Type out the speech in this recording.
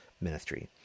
ministry